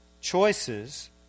choices